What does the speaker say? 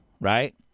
right